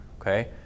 okay